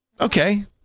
Okay